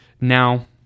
Now